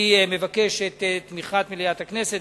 אני מבקש את תמיכת מליאת הכנסת,